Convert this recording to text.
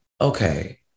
okay